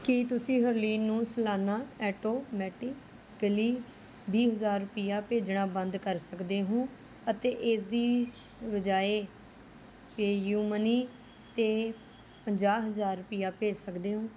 ਕੀ ਤੁਸੀਂ ਹਰਲੀਨ ਨੂੰ ਸਲਾਨਾ ਐਟੋਮੈਟਿਕਲੀ ਵੀਹ ਹਜ਼ਾਰ ਰੁਪਇਆ ਭੇਜਣਾ ਬੰਦ ਕਰ ਸਕਦੇ ਹੋ ਅਤੇ ਇਸ ਦੀ ਬਜਾਏ ਪੇਯੂਮਨੀ 'ਤੇ ਪੰਜਾਹ ਹਜ਼ਾਰ ਰੁਪਇਆ ਭੇਜ ਸਕਦੇ ਹੋ